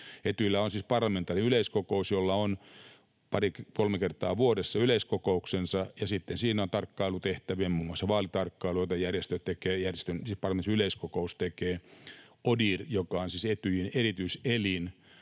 Etyjillä on siis parlamentaarinen yleiskokous, jolla on pari kolme kertaa vuodessa yleiskokouksensa, ja sitten siinä on tarkkailutehtäviä, muun muassa vaalitarkkailua järjestö tekee, parlamentaarinen yleiskokous tekee. ODIHR, joka on siis Etyjin erityiselin,